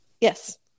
Yes